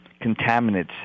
contaminants